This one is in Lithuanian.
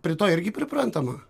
prie to irgi priprantama